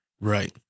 Right